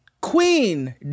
Queen